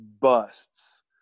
busts